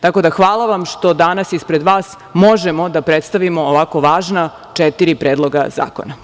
Tako da, hvala vam što danas ispred vas možemo da predstavimo ovako važna četiri predloga zakona.